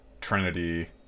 Trinity